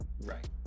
Right